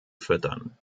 füttern